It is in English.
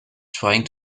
trying